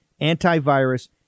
antivirus